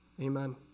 amen